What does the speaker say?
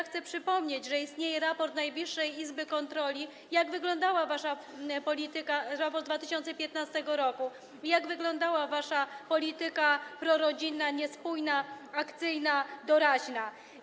Chcę przypomnieć, że istnieje raport Najwyższej Izby Kontroli, jak wyglądała wasza polityka z 2015 r. i jak wyglądała wasza polityka prorodzinna: niespójna, akcyjna, doraźna.